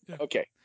okay